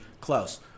close